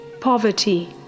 poverty